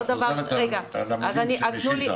את חוזרת על הדברים של משיטה.